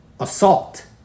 Assault